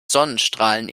sonnenstrahlen